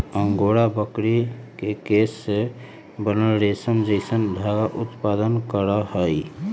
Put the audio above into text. angora बकरी के केश से बनल रेशम जैसन धागा उत्पादन करहइ